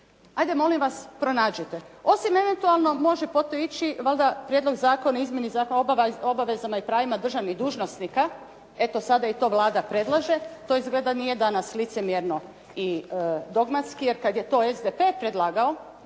Hajde molim vas pronađite. Osim eventualnog može pod to ići valjda Prijedlog zakona o izmjeni zakona o obavezama i pravima državnih dužnosnika. Eto, sada i to Vlada predlaže. To izgleda nije danas licemjerno i dogmatski, jer kad je to SDP predlagao,